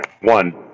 one